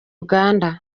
uganda